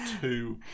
two